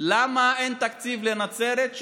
למה אין תקציב לנצרת,